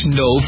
no